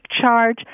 charge